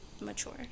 mature